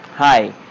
Hi